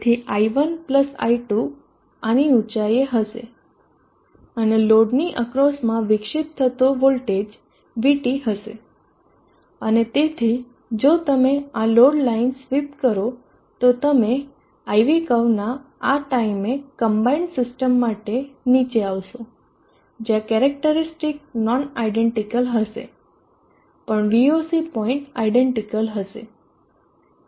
તેથી i1 i2 આની ઉચાઇ હશે અને લોડ ની અક્રોસ માં વિકસિત થતો વોલ્ટેજ VT હશે અને તેથી જો તમે આ લોડ લાઇન સ્વીપ કરો તો તમે IV કર્વનાં આ ટાઈમે કમ્બાઈન્ડ સીસ્ટમ માટે નીચે આવશો જ્યાં કેરેક્ટરીસ્ટિકસ નોન આયડેન્ટીકલ હશે પણ VOC પોઈન્ટ આયડેન્ટીકલ હશે